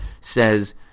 says